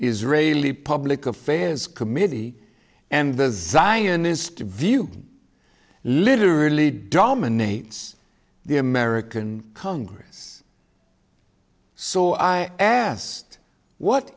israeli public affairs committee and the zionist view literally dominates the american congress so i asked what